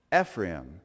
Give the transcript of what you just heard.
Ephraim